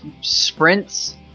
sprints